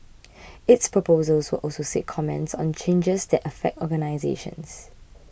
its proposals will also seek comments on changes that affect organisations